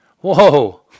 Whoa